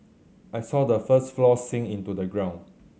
I saw the first floor sink into the ground